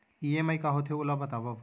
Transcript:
EMI का होथे, ओला बतावव